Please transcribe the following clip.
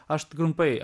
aš trumpai